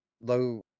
low